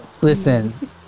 Listen